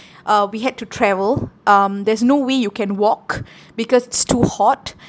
uh we had to travel um there's no way you can walk because it's too hot